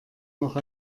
noch